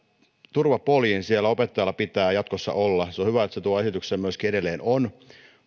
turvapoljin siellä opettajalla pitää jatkossa olla se on hyvä että se tuossa esityksessä myöskin edelleen on